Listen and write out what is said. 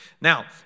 Now